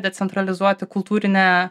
decentralizuoti kultūrinę